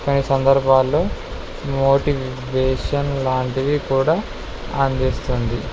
కొన్ని సందర్భాల్లో మోటివేషన్ లాంటివి కూడా అందిస్తుంది